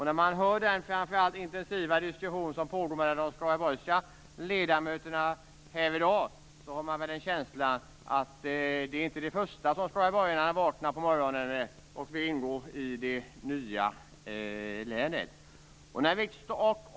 När man hör den intensiva diskussion som pågår mellan de skaraborgska ledamöterna här i dag får man känslan av att det första skaraborgarna tänker när de vaknar på morgonen inte är att de vill ingå i det nya länet.